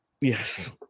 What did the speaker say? Yes